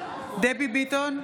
דבי ביטון,